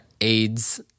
AIDS